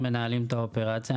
היו בהליך מדורג,